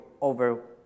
over